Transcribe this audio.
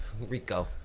Rico